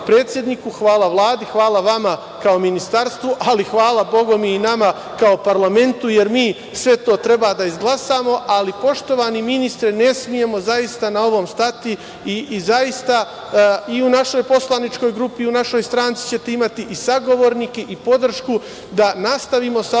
hvala Vladi, hvala vama kao ministarstvu, ali hvala bogami i nama kao parlament, jer mi sve to treba da izglasamo. Poštovani ministre, ne smemo na ovome stati i u našoj poslaničkoj grupi i u našoj stranci ćete imati i sagovornike i podršku da nastavimo sa ovim